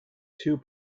two